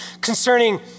concerning